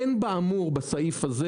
אין באמור בסעיף הזה,